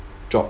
job